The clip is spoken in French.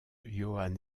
johann